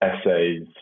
essays